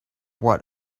what